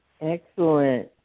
Excellent